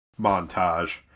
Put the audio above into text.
montage